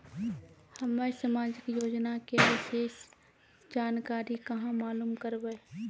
हम्मे समाजिक योजना के विशेष जानकारी कहाँ मालूम करबै?